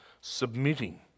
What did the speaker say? submitting